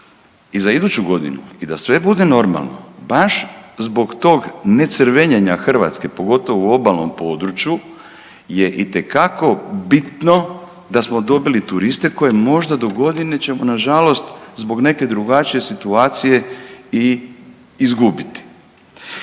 I za iduću godinu i da sve bude normalno baš zbog tog ne crvenjenja Hrvatske pogotovo u obalnom području je itekako bitno da smo dobili turiste koje možda do godine ćemo na žalost zbog neke drugačije situacije i izgubiti.